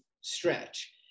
stretch